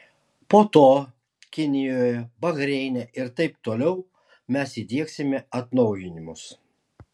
po to kinijoje bahreine ir taip toliau mes įdiegsime atnaujinimus